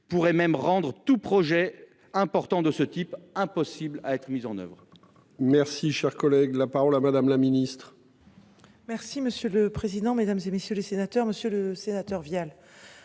pourrait même rendre tout projet important de ce type impossible à être mise en oeuvre. Merci, cher collègue, la parole à Madame la Ministre. Merci monsieur le président, Mesdames, et messieurs les sénateurs, Monsieur le Sénateur Vial.